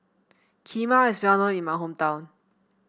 kheema is well known in my hometown